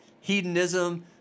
hedonism